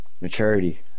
maturity